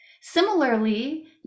Similarly